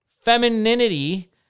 femininity